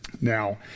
Now